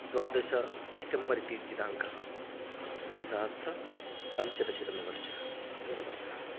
द्वादश डिसेम्बर् इति दिनाङ्कः द्विसहस्रपञ्चदशतमवर्षम् धन्यवादः